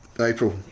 April